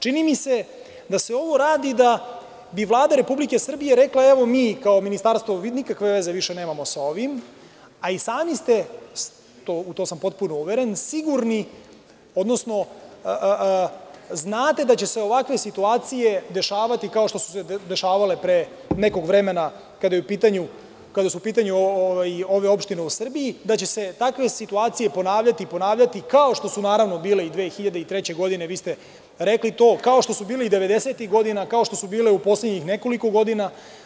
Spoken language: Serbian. Čini mi se da se ovo radi da bi Vlada Republike Srbije rekla – evo, mi kao ministarstvo više nikakve veze nemamo sa ovim, a i sami ste sigurni, u to sam potpuno uveren, odnosno znate da će se ovakve situacije dešavati, kao što su se dešavale pre nekog vremena kada su u pitanju ove opštine u Srbiji, da će se takve situacije ponavljati i ponavljati, kao što su, naravno, bile i 2003. godine, vi ste i rekli to, kao što su bile i 90-ih godina i kao što su bile u poslednjih nekoliko godina.